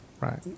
Right